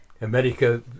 America